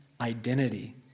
identity